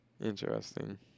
Interesting